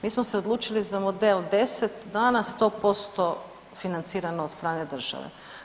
Mi smo se odlučili za model 10 dana 100% financirano od strane države.